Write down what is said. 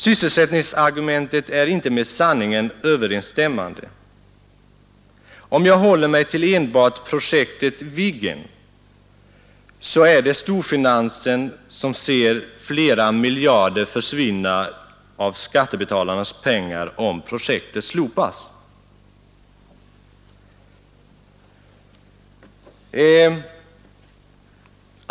Sysselsättningsargumentet är inte med sanningen överensstämmande. Om jag håller mig till enbart projektet Viggen, så konstaterar jag att det är storfinansen som ser flera miljarder försvinna av skattebetalarnas pengar om projektet slopas.